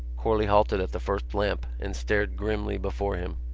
corley halted at the first lamp and stared grimly before him.